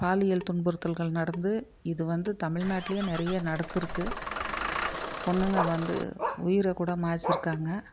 பாலியல் துன்புறுத்தல்கள் நடந்து இது வந்து தமிழ்நாட்லேயே நிறைய நடந்துருக்கு பொண்ணுங்க வந்து உயிரைக்கூட மாயிச்சுருக்காங்க